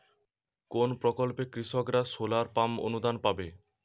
কোন প্রকল্পে কৃষকরা সোলার পাম্প অনুদান পাবে?